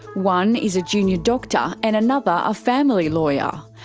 one is a junior doctor and another a family lawyer.